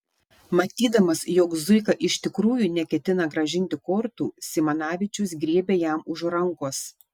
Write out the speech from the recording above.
matydamas jog zuika iš tikrųjų neketina grąžinti kortų simanavičius griebė jam už rankos